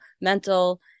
mental